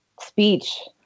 speech